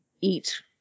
eat